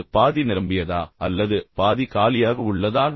அது பாதி நிரம்பியதா அல்லது பாதி காலியாக உள்ளதா